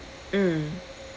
mm